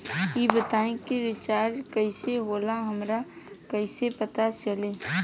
ई बताई कि रिचार्ज कइसे होला हमरा कइसे पता चली?